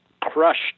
crushed